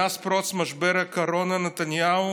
מאז פרוץ משבר הקורונה נתניהו